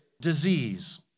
disease